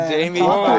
Jamie